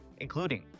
including